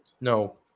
No